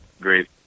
great